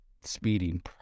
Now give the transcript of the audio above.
speeding